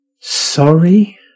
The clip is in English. Sorry